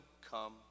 come